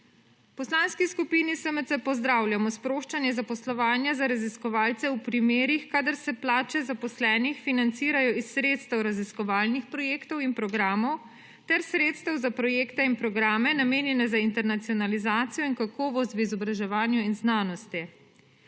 Poslanski skupini SMC pozdravljamo sproščanje zaposlovanja za raziskovalce v primerih, kadar se plače zaposlenih financirajo iz sredstev raziskovalnih projektov in programov ter sredstev za projekte in programe, namenjene za internacionalizacijo in kakovost v izobraževanju in znanosti.